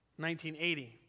1980